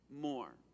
more